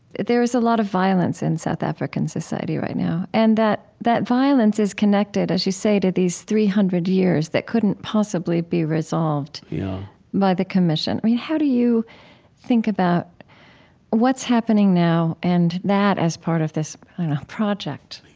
there is a lot of violence in south african society right now, and that that violence is connected, as you say, to these three hundred years that couldn't possibly be resolved yeah by the commission yeah i mean, how do you think about what's happening now and that as part of this project?